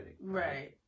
right